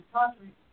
country